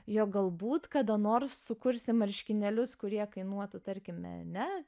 jog galbūt kada nors sukursi marškinėlius kurie kainuotų tarkime ne